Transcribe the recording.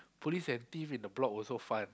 police have thief in the block also fun